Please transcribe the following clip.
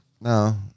No